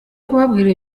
kubabwira